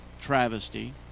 travesty